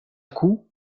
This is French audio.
coup